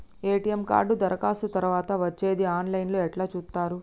ATM card దరఖాస్తు తరువాత వచ్చేది ఆన్ లైన్ లో ఎట్ల చూత్తరు?